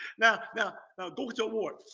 now, yeah go to award.